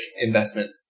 investment